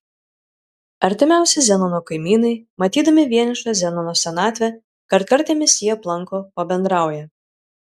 artimiausi zenono kaimynai matydami vienišą zenono senatvę kartkartėmis jį aplanko pabendrauja